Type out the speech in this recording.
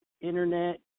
internet